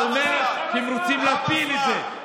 זה אומר שהם רוצים להפיל את זה.